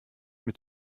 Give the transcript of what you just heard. mit